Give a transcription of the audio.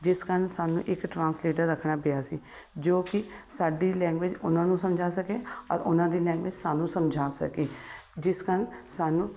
ਜਿਸ ਕਾਰਨ ਸਾਨੂੰ ਇੱਕ ਟਰਾਂਸਲੇਟਰ ਰੱਖਣਾ ਪਿਆ ਸੀ ਜੋ ਕਿ ਸਾਡੀ ਲੈਂਗੁਏਜ ਉਹਨਾਂ ਨੂੰ ਸਮਝਾ ਸਕੇ ਔਰ ਉਹਨਾਂ ਦੀ ਲੈਂਗੁਏਜ ਸਾਨੂੰ ਸਮਝਾ ਸਕੇ ਜਿਸ ਕਾਰਨ ਸਾਨੂੰ